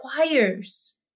requires